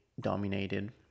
dominated